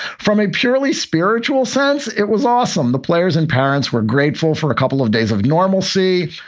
from a purely spiritual sense, it was awesome. the players and parents were grateful for a couple of days of normalcy.